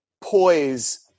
poise